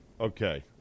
Okay